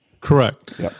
correct